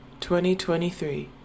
2023